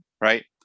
right